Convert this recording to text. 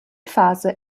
phase